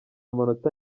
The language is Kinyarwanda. amanota